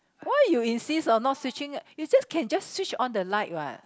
why you insist on not switching you just can just switch on the light what